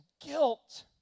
guilt